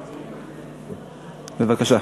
בבקשה.